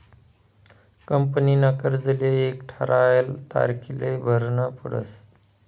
कंपनीना कर्जले एक ठरायल तारीखले भरनं पडस